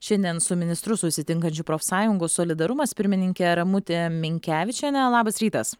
šiandien su ministru susitinkančių profsąjungų solidarumas pirmininkė ramutė minkevičienė labas rytas